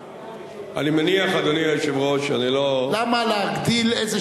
אדוני היושב-ראש למה להגדיל איזו